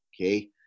okay